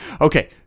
Okay